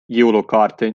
jõulukaarte